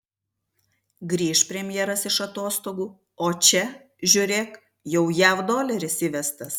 grįš premjeras iš atostogų o čia žiūrėk jau jav doleris įvestas